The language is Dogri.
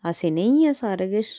असें नेईं ऐ सारा किश